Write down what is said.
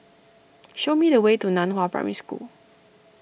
show me the way to Nan Hua Primary School